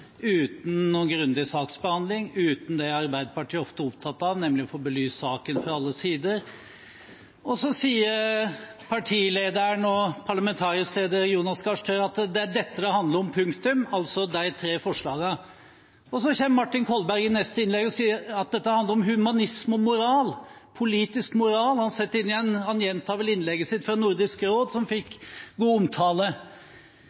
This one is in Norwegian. uten noen grundig saksbehandling, uten det som Arbeiderpartiet ofte er opptatt av, nemlig å få belyst saken fra alle sider. Partileder og parlamentarisk leder Jonas Gahr Støre sier at det er dette det handler om, punktum, altså de tre forslagene. Så kommer Martin Kolberg i neste innlegg og sier at dette handler om humanisme og moral, politisk moral. Han gjentok vel innlegget fra Nordisk råd, som